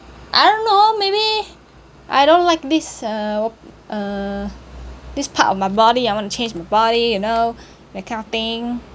I don't know maybe I don't like this uh uh this part of my body I want to change my body you know that kind of thing